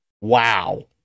Wow